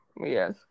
Yes